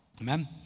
Amen